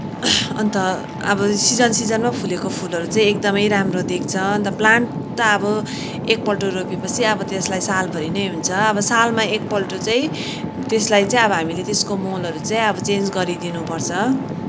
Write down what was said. अन्त अब सिजन सिजनमा फुलेको फुलहरू चाहिँ एकदमै राम्रो देख्छ अन्त प्लान्ट त अब एकपल्ट रोपेपछि अब त्यसलाई सालभरि नै हुन्छ अब सालमा एकपल्ट चाहिँ त्यसलाई चाहिँ अब हामीले त्यसको मलहरू चाहिँ अब चेन्ज गरिदिनुपर्छ